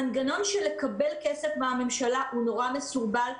המנגנון לקבל כסף מהממשלה הוא מסורבל מאוד.